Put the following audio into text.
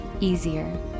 easier